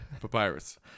Papyrus